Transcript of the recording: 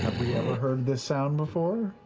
we ever heard this sound before?